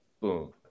Boom